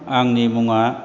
आंनि मुङा